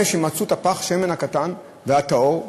שמצאו את פך השמן הקטן והטהור,